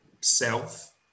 self